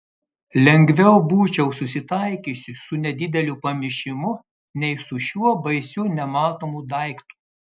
lengviau būčiau susitaikiusi su nedideliu pamišimu nei su šiuo baisiu nematomu daiktu